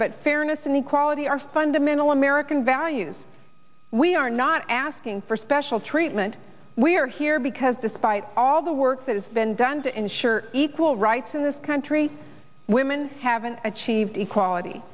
but fairness and equality are fundamental american values we are not asking for special treatment we are here because despite all the work that has been done to ensure equal rights in this country women haven't achieved equality